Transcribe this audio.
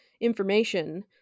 information